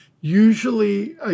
Usually